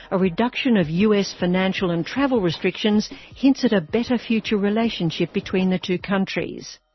a reduction of us financial and travel restrictions hints at a better future relationship between the two countries.